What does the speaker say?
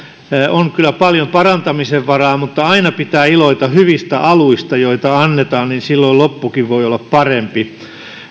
on kyllä paljon parantamisen varaa mutta aina pitää iloita hyvistä aluista joita annetaan koska silloin loppukin voi olla parempi